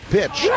Pitch